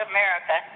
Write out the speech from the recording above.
America